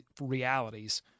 realities